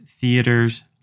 theaters